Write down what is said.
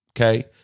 okay